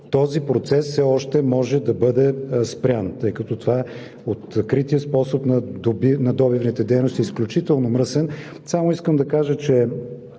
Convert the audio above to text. този процес все още може да бъде спрян, тъй като откритият способ на добивните дейности е изключително мръсен.